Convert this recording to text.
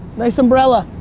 nice umbrella.